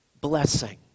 blessing